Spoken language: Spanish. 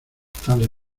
tales